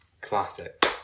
Classic